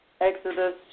Exodus